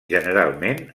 generalment